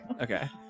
Okay